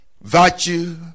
virtue